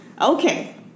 okay